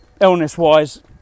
illness-wise